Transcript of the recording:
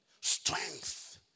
strength